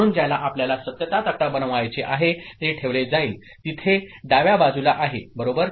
म्हणून ज्याला आपल्याला सत्यता तक्ता बनवायचे आहे ते ठेवले जाईल तिथे डाव्या बाजूला आहे बरोबर